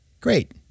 Great